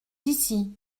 ici